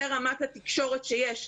זה רמת התקשורת שיש.